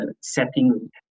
setting